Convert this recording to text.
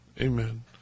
Amen